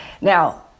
Now